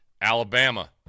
Alabama